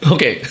Okay